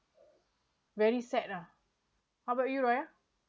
very sad lah how about you raya